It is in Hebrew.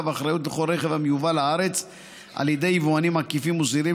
ואחריות לכל רכב המיובא לארץ על ידי יבואנים עקיפים וזעירים